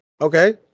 Okay